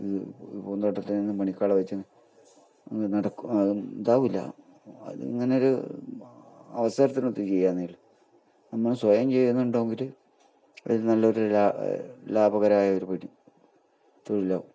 ഇത് ഈ പൂന്തോട്ടത്തിനൊന്നും പണിക്കാളെ വെച്ച് അത് നട അത് ഇതാകില്ല അത് ഇങ്ങനൊരു അവസരത്തിനൊത്ത് ചെയ്യാമെന്നേ ഉള്ളു നമ്മൾ സ്വയം ചെയ്യുന്നുണ്ടെങ്കിൽ അതിൽ നല്ലൊരു ലാഭം ലാഭകരമായൊരു പണി തൊഴിലാകും